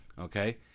Okay